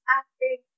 acting